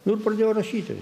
nu ir pradėjau rašyti